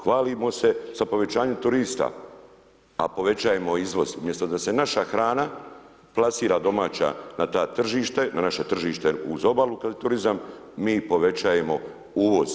Hvalimo se sa povećanjem turista, a povećavamo izvoz umjesto da se naša hrana, planira domaća na ta tržište, na naše tržište uz obalu turizam, mi povećavamo uvoz.